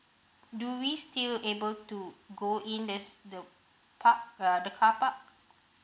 do we still able to go in there's the park uh the carpark